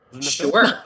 sure